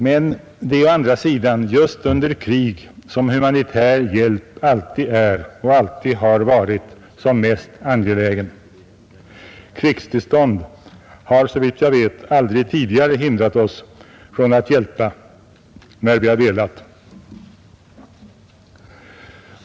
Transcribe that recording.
Men det är å andra sidan just under krig som humanitär hjälp är och alltid har varit mest angelägen. Krigstillstånd har såvitt jag vet aldrig tidigare hindrat oss att hjälpa — när vi har velat.